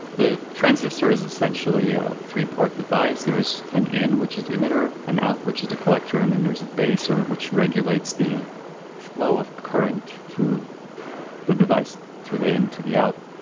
the transistor is essentially a three port device, there is an in which is the emitter, an out which is the collector and then there's a base which regulates the flow of current through the device, through the in to the out.